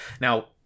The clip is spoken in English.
Now